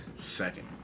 Second